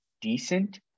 decent